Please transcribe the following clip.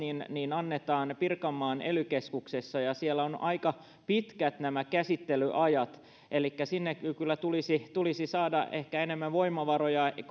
annetaan pirkanmaan ely keskuksessa ja siellä on aika pitkät nämä käsittelyajat elikkä sinne kyllä tulisi tulisi saada ehkä enemmän voimavaroja